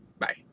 Bye